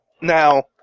Now